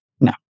No